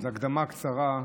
זו הקדמה קצרה.